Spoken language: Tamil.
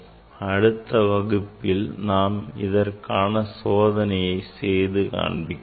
அடுத்த வகுப்பில் நாம் இச்சோதனையை செய்து காண்பிக்கிறேன்